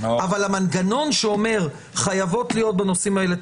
אבל המנגנון שאומר שחייבות להיות תקנות בנושאים האלה,